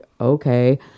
okay